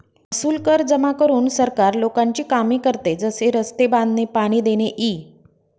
महसूल कर जमा करून सरकार लोकांची कामे करते, जसे रस्ते बांधणे, पाणी देणे इ